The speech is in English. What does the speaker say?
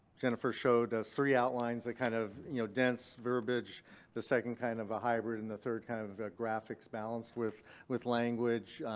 jennifer showed us three outlines that kind of, you know, dense verbiage the second kind of a hybrid and the third kind of a graphics balanced with with language.